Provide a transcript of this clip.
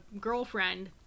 girlfriend